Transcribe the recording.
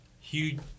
Huge